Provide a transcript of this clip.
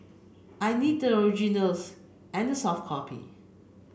I need the originals and the soft copy